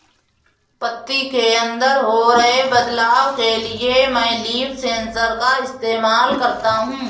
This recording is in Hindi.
पत्ती के अंदर हो रहे बदलाव के लिए मैं लीफ सेंसर का इस्तेमाल करता हूँ